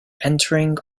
entering